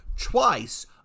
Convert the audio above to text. twice